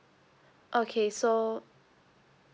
okay so